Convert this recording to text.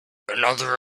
another